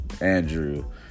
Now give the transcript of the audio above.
Andrew